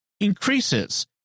increases